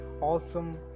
awesome